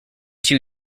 two